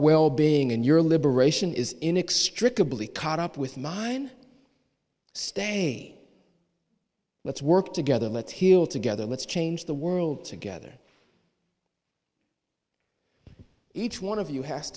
well being and your liberation is inextricably caught up with mine staying let's work together let's hear all together let's change the world together each one of you ha